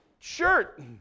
Shirt